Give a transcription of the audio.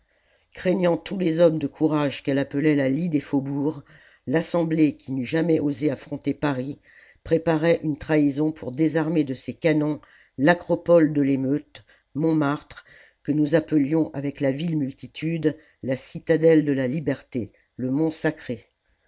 craignant tous les hommes de courage qu'elle appelait la lie des faubourgs l'assemblée qui n'eût jamais osé affronter paris préparait une trahison pour désarmer de ses canons l'acropole de l'émeute montmartre que nous appelions avec la vile multitude la citadelle de la liberté le mont sacré